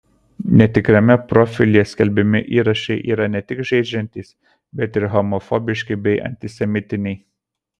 netikrame profilyje skelbiami įrašai yra ne tik žeidžiantys bet ir homofobiški bei antisemitiniai